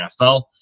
NFL